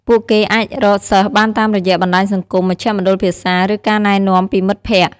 ពួកគេអាចរកសិស្សបានតាមរយៈបណ្ដាញសង្គម មជ្ឈមណ្ឌលភាសា ឬការណែនាំពីមិត្តភក្តិ។